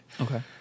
Okay